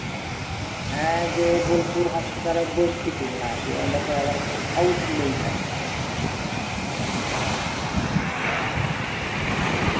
ᱦᱮᱸ ᱡᱮ ᱵᱳᱞᱯᱩᱨ ᱦᱟᱸᱥᱯᱟᱛᱟᱞ ᱨᱮ ᱵᱟᱹᱧ ᱴᱷᱤᱠᱞᱮᱱᱟ ᱡᱮ ᱚᱸᱰᱮ ᱠᱷᱚᱱ ᱟᱨᱚ ᱠᱚ ᱟᱣᱩᱴᱞᱤᱧ ᱠᱷᱟᱱ